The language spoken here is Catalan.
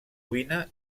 cuina